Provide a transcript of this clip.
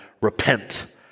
repent